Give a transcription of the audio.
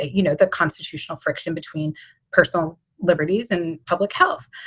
you know, the constitutional friction between personal liberties and public health.